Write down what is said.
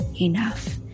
enough